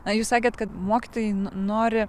na jūs sakėt kad mokytojai nori